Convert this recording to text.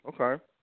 Okay